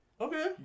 Okay